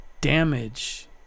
damage